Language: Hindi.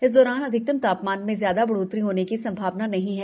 इस दौरान अधिकतम ता मान में ज्यादा बढ़ोतरी होने की संभावना नहीं है